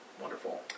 Wonderful